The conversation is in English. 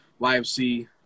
YFC